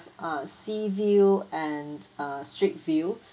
uh sea view and uh street view